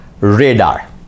radar